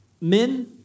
men